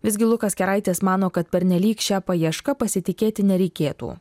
visgi lukas keraitis mano kad pernelyg šia paieška pasitikėti nereikėtų